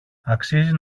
αξίζει